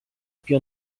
più